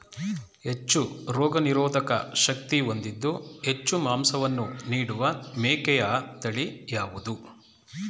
ಹೆಚ್ಚು ರೋಗನಿರೋಧಕ ಶಕ್ತಿ ಹೊಂದಿದ್ದು ಹೆಚ್ಚು ಮಾಂಸವನ್ನು ನೀಡುವ ಮೇಕೆಯ ತಳಿ ಯಾವುದು?